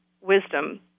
wisdom